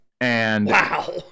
Wow